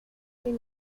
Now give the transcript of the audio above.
can